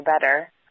better